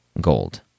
gold